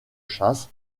chasse